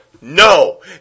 No